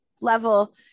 level